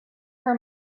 her